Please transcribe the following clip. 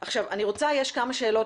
עכשיו, יש כמה שאלות